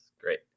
Great